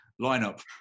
lineup